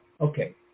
Okay